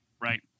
Right